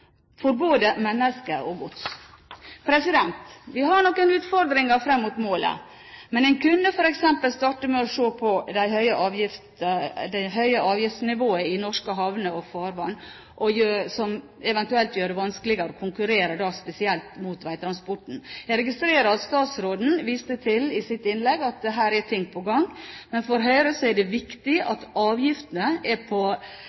for både mennesker og gods. Vi har noen utfordringer fram mot målet. Men en kunne f.eks. starte med å se på om det høye avgiftsnivået i norske havner og farvann gjør det vanskeligere å konkurrere mot spesielt veitransport. Jeg registrerer at statsråden i sitt innlegg viste til at her er det ting på gang. For Høyre er det viktig at avgiftene er på